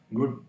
Good